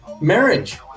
Marriage